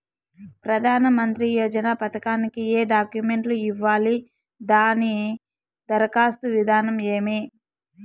ప్రధానమంత్రి యోజన పథకానికి ఏ డాక్యుమెంట్లు ఇవ్వాలి దాని దరఖాస్తు విధానం ఏమి